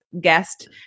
guest